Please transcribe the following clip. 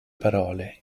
parole